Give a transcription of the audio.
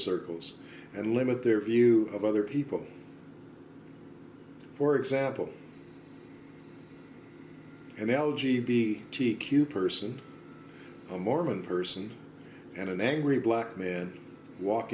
circles and limit their view of other people for example an l g b t q person a mormon person and an angry black man walk